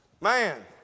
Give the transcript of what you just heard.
Man